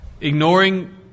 Ignoring